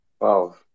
Wow